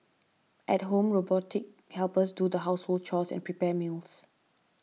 at home robotic helpers do the household chores and prepare meals